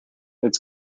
its